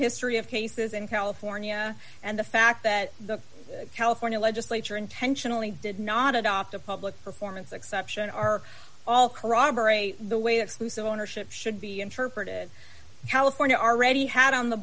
history of cases in california and the fact that the california legislature intentionally did not adopt a public performance exception are all corroborate the way exclusive ownership should be interpreted california already had on the